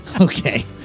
Okay